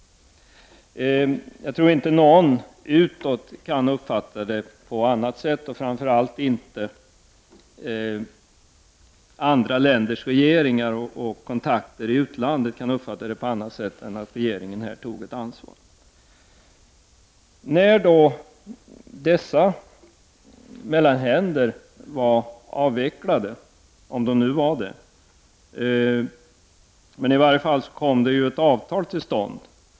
Jag tror inte att någon — och framför allt inte andra länders regeringar och kontakter i utlandet — kan uppfatta det på annat sätt än så att regeringen här tog ett ansvar. När dessa mellanhänder var avvecklade — om de nu var det — kom i varje fall ett avtal till stånd.